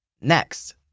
Next